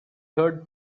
heard